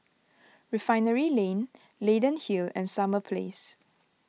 Refinery Lane Leyden Hill and Summer Place